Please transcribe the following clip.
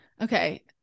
Okay